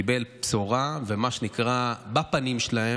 קיבל בשורה, מה שנקרא, בפנים שלהם,